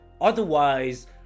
Otherwise